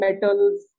metals